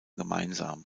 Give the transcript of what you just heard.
gemeinsam